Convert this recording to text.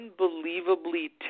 unbelievably